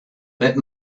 that